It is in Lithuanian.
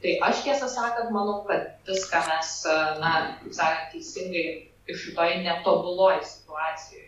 tai aš tiesą sakant manau kad viską mes na kaip sakant teisingai ir šitoje netobuloje situacijoje